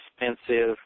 expensive